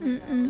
mm mm